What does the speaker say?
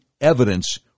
evidence